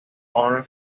one